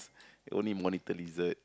only monitor lizard